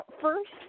first